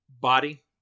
body